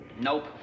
Nope